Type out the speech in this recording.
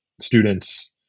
students